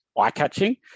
eye-catching